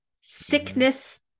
sickness